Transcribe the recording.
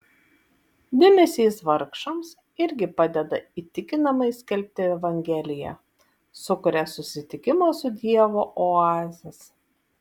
dėmesys vargšams irgi padeda įtikinamai skelbti evangeliją sukuria susitikimo su dievu oazes